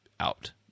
out